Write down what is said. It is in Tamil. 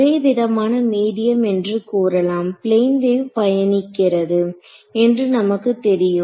ஒரேவிதமான மீடியம் என்று கூறலாம் பிளேன் வேவ் பயணிக்கிறது என்று நமக்குத் தெரியும்